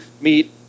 meet